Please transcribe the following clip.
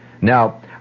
Now